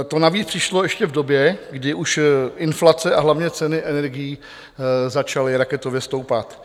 To navíc přišlo ještě v době, kdy už inflace, a hlavně ceny energií začaly raketově stoupat.